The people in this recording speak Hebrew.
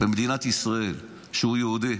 במדינת ישראל, שהוא יהודי.